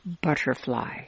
butterfly